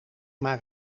maar